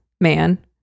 man